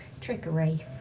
Trickery